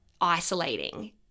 isolating